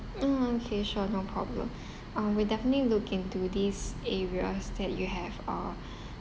orh okay sure no problem uh we'll definitely look into these areas that you have uh